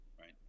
right